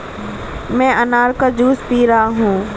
मैं अनार का जूस पी रहा हूँ